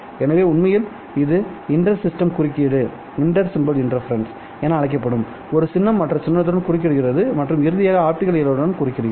எனவே உண்மையில் இது இன்டர் சின்னம் குறுக்கீடு என அழைக்கப்படும் ஒரு சின்னம் மற்ற சின்னத்துடன் குறுக்கிடுகிறது மற்றும் இறுதியாக ஆப்டிகல் இழைகளுடன் குறுக்கிடுகிறது